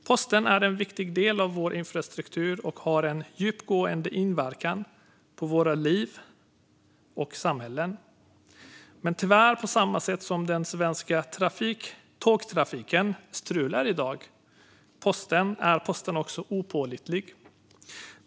Posten är en viktig del av vår infrastruktur och har en djupgående inverkan på våra liv och samhällen. Men på samma sätt som den svenska tågtrafiken strular i dag är posten tyvärr också opålitlig.